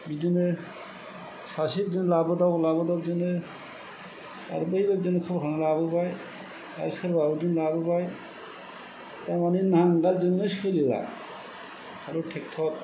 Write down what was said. बिदिनो सासे बिदिनो लाबोदाव लाबोदाव बिदिनो आरो बै बायदिनो सरखारा लाबोबाय आरो सोरबा बिदिनो लाबोबाय दा माने नांगोलजोंनो सोलिया आरो ट्रेक्टर